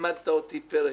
לימדת אותי פרק,